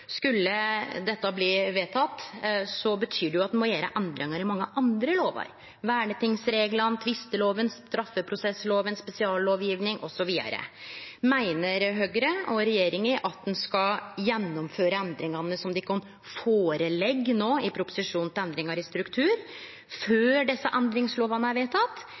Skulle dette bli vedteke, betyr det at ein må gjere endringar i mange andre lover – vernetingsreglane, tvistelova, straffeprosesslova, spesiallovgjeving, osv. Meiner Høgre og regjeringa at ein skal gjennomføre endringane slik dei ligg føre i proposisjonen no i endringar til struktur, før desse endringslovene er